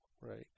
right